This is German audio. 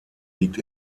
liegt